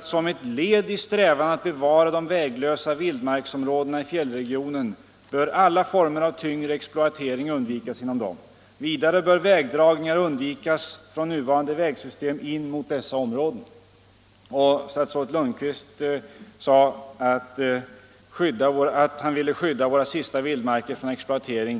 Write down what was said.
”Som ett led i strävan att bevara de väglösa vildmarksområdena i fjällregionen bör alla former av tyngre exploatering undvikas inom dem. Vidare bör vägdragningar undvikas från nuvarande vägsystem in mot dessa områden.” I propositionen framhöll statsrådet Lundkvist att han ansåg det vara en utomordentligt viktig uppgift att skydda våra sista vildmarker från exploatering.